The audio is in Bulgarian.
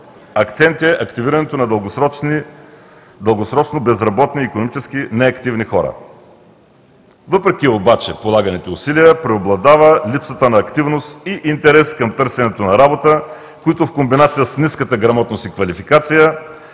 Акцент е активирането на дългосрочно безработни и икономически неактивни хора. Въпреки полаганите усилия, преобладава липсата на активност и интерес към търсенето на работа, които в комбинация с ниската грамотност и квалификация,